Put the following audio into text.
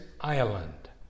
Ireland